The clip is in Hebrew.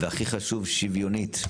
והכי חשוב שוויונית.